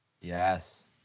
Yes